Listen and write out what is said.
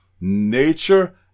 nature